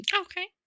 Okay